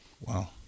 Wow